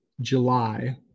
July